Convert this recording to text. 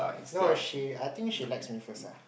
no she I think she likes me first ah